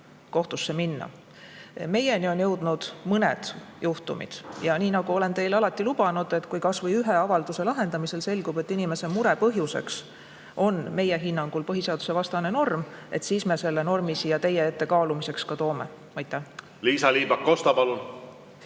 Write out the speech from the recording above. kohtusse minna. Meieni on jõudnud mõned juhtumid. Nagu ma olen teile alati lubanud, kui kas või ühe avalduse lahendamisel selgub, et inimese mure põhjuseks on meie hinnangul põhiseadusvastane norm, siis me selle normi siia teie ette kaalumiseks ka toome. Tänan. See on nüüd seda